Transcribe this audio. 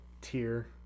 tier